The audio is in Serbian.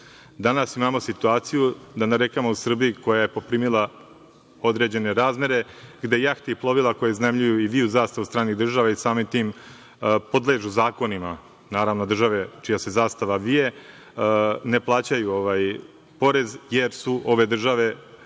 imamo situaciju da na rekama u Srbiji, koja je poprimila određene razmere, jahte i plovila koja iznajmljuju i viju zastave stranih država i samim tim podležu zakonima, naravno, države čija se zastava vije, ne plaćaju porez jer je to regulativa